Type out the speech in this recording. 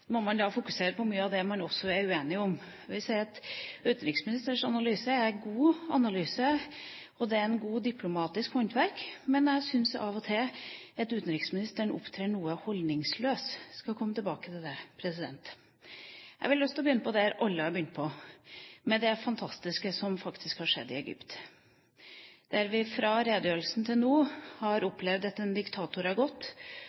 må man fokusere på mye av det man også er uenig om. Jeg vil si at utenriksministerens analyse er en god analyse, og det er godt diplomatisk håndverk. Men jeg synes av og til at utenriksministeren opptrer noe holdningsløst. Jeg skal komme tilbake til det. Jeg har lyst til å begynne med det alle har begynt med – det fantastiske som faktisk har skjedd i Egypt – fra redegjørelsen ble holdt til nå, har